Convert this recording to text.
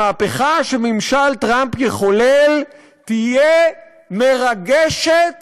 המהפכה שממשל טראמפ יחולל תהיה מרגשת